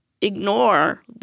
ignore